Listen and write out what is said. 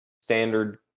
standard